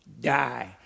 die